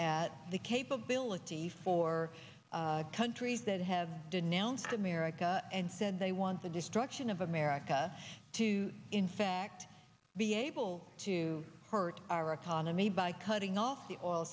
at the capability for countries that have denounced america and said they want the destruction of america to in fact back to be able to hurt our economy by cutting off the oil